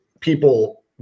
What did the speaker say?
people